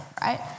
right